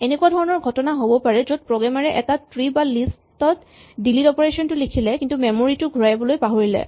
এনেকুৱা ধৰণৰ ঘটনা হ'ব পাৰে য'ত প্ৰগ্ৰেমাৰ এ এটা ট্ৰী বা লিষ্ট ত ডিলিট অপাৰেচন টো লিখিলে কিন্তু মেমৰী টো ঘূৰাবলৈ পাহৰিলে